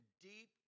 deep